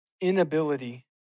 inability